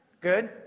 Good